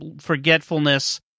forgetfulness